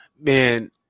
Man